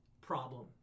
problem